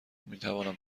میتوانم